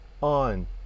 on